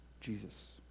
Jesus